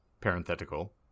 parenthetical